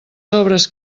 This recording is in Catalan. sobres